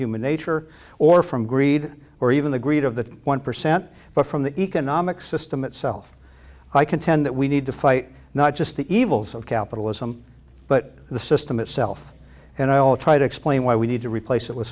human nature or from greed or even the greed of the one percent but from the economic system itself i contend that we need to fight not just the evils of capitalism but the system itself and i'll try to explain why we need to replace it with